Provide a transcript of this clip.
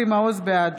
בעד